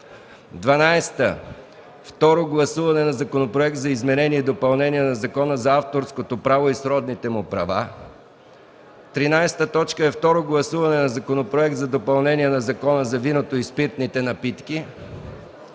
12. Второ гласуване на Законопроект за изменение и допълнение на Закона за авторското право и сродните му права. 13. Второ гласуване на Законопроект за допълнение на Закона за виното и спиртните напитки.